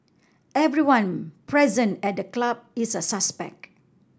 everyone present at the club is a suspect